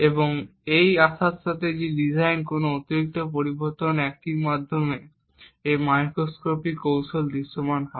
এবং এই আশার সাথে যে ডিজাইনে কোনও অতিরিক্ত পরিবর্তন একটির মাধ্যমে এই মাইক্রোস্কোপি কৌশল দৃশ্যমান হয়